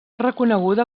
reconeguda